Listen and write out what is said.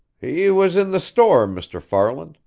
he was in the store, mr. farland,